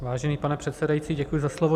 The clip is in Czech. Vážený pane předsedající, děkuji za slovo.